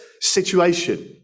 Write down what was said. situation